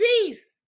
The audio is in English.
peace